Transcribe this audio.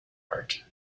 art